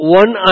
one